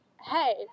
hey